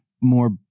more